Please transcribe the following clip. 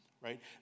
right